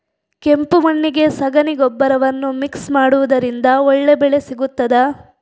ಕೆಂಪು ಮಣ್ಣಿಗೆ ಸಗಣಿ ಗೊಬ್ಬರವನ್ನು ಮಿಕ್ಸ್ ಮಾಡುವುದರಿಂದ ಒಳ್ಳೆ ಬೆಳೆ ಸಿಗುತ್ತದಾ?